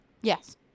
Yes